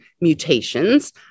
mutations